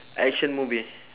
action movie